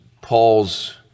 Paul's